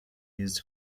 used